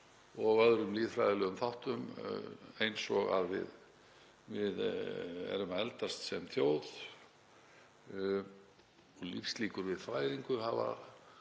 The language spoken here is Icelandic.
og af öðrum lýðfræðilegum þáttum eins og þeim að við erum að eldast sem þjóð og lífslíkur við fæðingu hafa